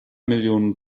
millionen